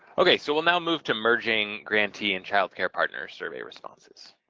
okay, so we'll now move to merging grantee and child care partner survey responses.